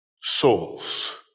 souls